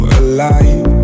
alive